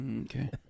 Okay